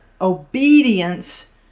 obedience